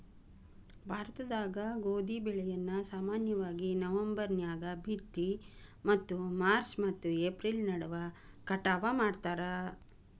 ಭಾರತದಾಗ ಗೋಧಿ ಬೆಳೆಯನ್ನ ಸಾಮಾನ್ಯವಾಗಿ ನವೆಂಬರ್ ನ್ಯಾಗ ಬಿತ್ತಿ ಮತ್ತು ಮಾರ್ಚ್ ಮತ್ತು ಏಪ್ರಿಲ್ ನಡುವ ಕಟಾವ ಮಾಡ್ತಾರ